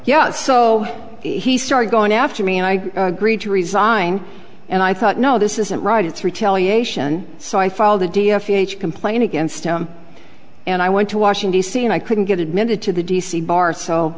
yet so he started going after me and i agreed to resign and i thought no this isn't right it's retaliation so i file the d f e h complaint against him and i went to washington d c and i couldn't get admitted to the d c bar so